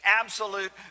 absolute